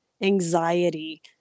anxiety